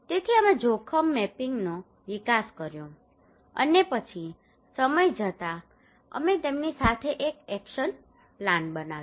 તેથી અમે જોખમ મેપિંગનો વિકાસ કર્યો અને પછી સમય જતાં અમે તેમની સાથે એક એક્શન પ્લાન બનાવ્યો